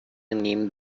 நீண்ட